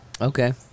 Okay